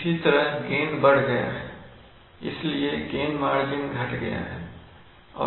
इसी तरह गेन बढ़ गया है इसलिए गेन मार्जिन घट गया है